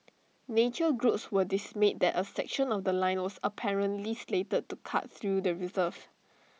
nature groups were dismayed that A section of The Line was apparently slated to cut through the reserve